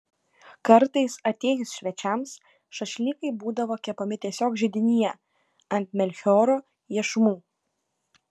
kartais atėjus svečiams šašlykai būdavo kepami tiesiog židinyje ant melchioro iešmų